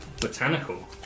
botanical